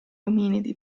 ominidi